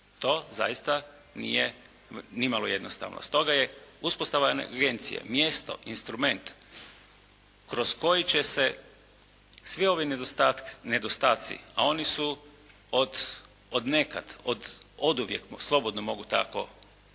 to zaista nije ni malo jednostavno. Stoga je uspostava … /Ne razumije se./ … mjesto, instrument kroz koji će se svi ovi nedostaci, a oni su od nekad, oduvijek slobodno mogu tako